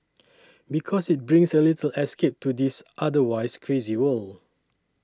because it brings a little escape to this otherwise crazy world